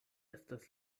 estas